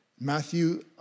Matthew